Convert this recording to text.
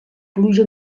pluja